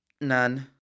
None